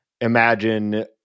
imagine